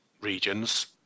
regions